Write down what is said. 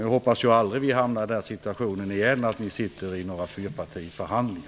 Jag hoppas att vi aldrig mer hamnar i den situationen att ni sitter i fyrpartiförhandlingar!